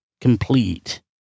complete